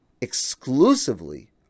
exclusively